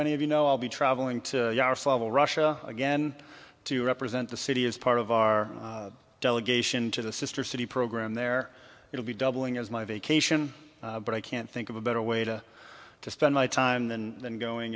many of you know i'll be traveling to russia again to represent the city as part of our delegation to the sister city program there will be doubling as my vacation but i can't think of a better way to spend my time than than going